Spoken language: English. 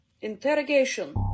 Interrogation